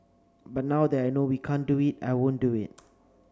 but now that I know we can't do it I won't do it